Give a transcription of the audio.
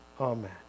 Amen